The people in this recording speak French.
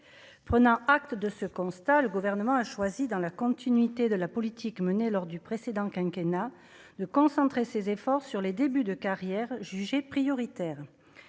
prenant acte de ce constat, le gouvernement a choisi dans la continuité de la politique menée lors du précédent quinquennat de concentrer ses efforts sur les débuts de carrière jugés prioritaires